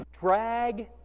drag